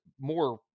more